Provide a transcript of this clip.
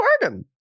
bargain